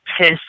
piss